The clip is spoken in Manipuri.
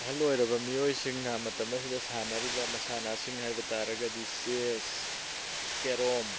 ꯑꯍꯜ ꯑꯣꯏꯔꯕ ꯃꯤꯑꯣꯏꯁꯤꯡꯅ ꯃꯇꯝ ꯑꯁꯤꯗ ꯁꯥꯟꯅꯔꯤꯕ ꯃꯁꯥꯟꯅꯁꯤꯡ ꯍꯥꯏꯕ ꯇꯥꯔꯒꯗꯤ ꯆꯦꯁ ꯀꯦꯔꯣꯝ